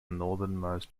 northernmost